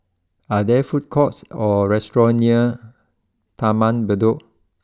are there food courts or restaurants near Taman Bedok